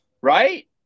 Right